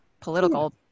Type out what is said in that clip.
political